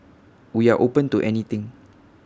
we are open to anything